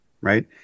right